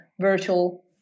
virtual